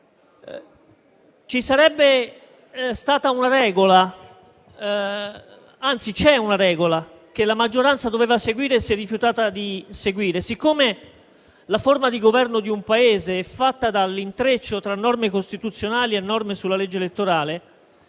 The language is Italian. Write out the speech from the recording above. Ci sarebbe stata una regola. Anzi, c'è una regola che la maggioranza doveva seguire e che si è rifiutata di seguire. Siccome la forma di governo di un Paese è fatta dall'intreccio tra norme costituzionali e norme sulla legge elettorale,